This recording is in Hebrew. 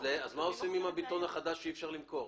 מה עושים עם הבטון החדש שאי אפשר למכור?